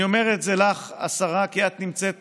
אני אומר את זה לך, השרה, כי את נמצאת